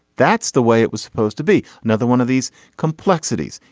that's the way it was supposed to be. another one of these complexities.